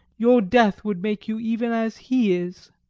your death would make you even as he is.